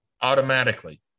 automatically